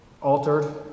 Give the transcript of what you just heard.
altered